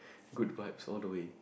Good Vibes all the way